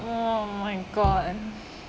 oh my god